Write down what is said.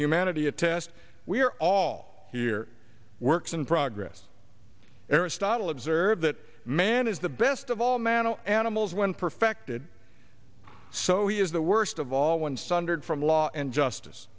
humanity a test we are all here works in progress aristotle observed that man is the best of all man animals when perfected so he is the worst of all one sundered from law and justice